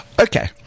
Okay